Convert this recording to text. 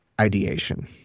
ideation